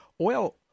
oil